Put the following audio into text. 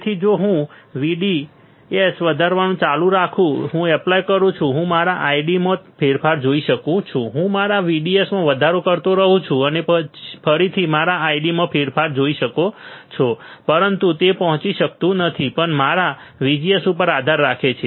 તેથી જો હું VDS વધારવાનું ચાલુ રાખું તો હું એપ્લાય કરું છું હું મારા ID માં ફેરફાર જોઈ શકું છું હું મારા VDS માં વધારો કરતો રહું છું તમે ફરીથી મારા ID માં ફેરફાર જોઈ શકો છો પરંતુ તે પહોંચી શકતું નથી તે પણ મારા VGS ઉપર આધાર રાખે છે